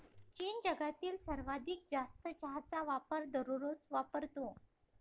चीन जगातील सर्वाधिक जास्त चहाचा वापर दररोज वापरतो